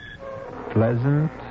pleasant